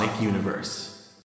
universe